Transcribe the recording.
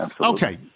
Okay